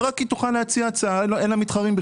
רק היא תוכל להציע הצעה ולה אין בכלל מתחרים.